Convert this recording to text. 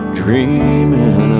dreaming